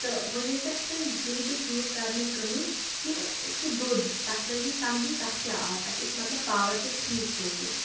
تہٕ وَنۍ ٲسۍ اَسہِ تۄہہِ زٕے دۄہ یوٗز کَرنَس گٔمٕتۍ کہِ سُہ دۄد تَتھ لٔج نہٕ سَمجی تَتھ کیاہ آو اَسہِ اوس مطلب پاوَر تہِ ٹھیٖک تھومُت